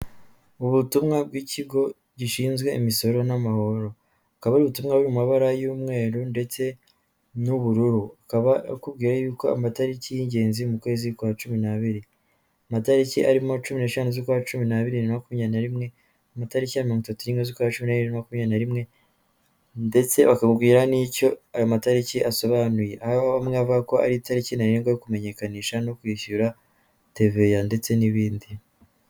Mu butumwa bw'ikigo gishinzwe imisoro n'amahoro, akaba ari ubutumwa buri mu mabara y'umweru, ndetse n'ubururu, akaba akubwira yuko amatariki y'ingenzi mu kwezi kwa cumi n'abiri, amatariki arimo cumi n'eshanu z'ukwa cumi n'abiri bibiri na makumyabiri na rimwe, amatariki ya mirongo itatu n'imwe z'ukwa cumi n'abiri bibiri na makumyabiri na rimwe, ndetse bakakubwira n'icyo ayo matariki asobanuye, aho bamwe bavuga ko ari itariki ntarengwa yo kumenyekanisha no kwishyura teveya ndetse n'ibindi.